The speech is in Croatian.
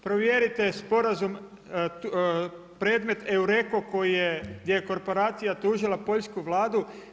Provjerite sporazum predmet Eureko gdje je korporacija tužila poljsku Vladu.